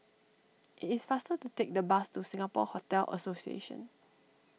it is faster to take the bus to Singapore Hotel Association